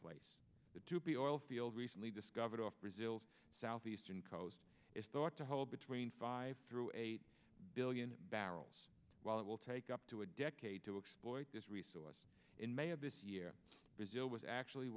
fields recently discovered off brazil's southeastern coast is thought to hold between five through eight billion barrels while it will take up to a decade to exploit this resource in may of this year brazil was actually